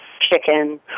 chicken